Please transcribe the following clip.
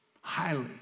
highly